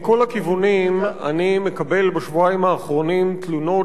מכל הכיוונים אני מקבל בשבועיים האחרונים תלונות